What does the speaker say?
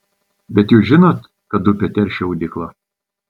bet jūs žinot kad upę teršia audykla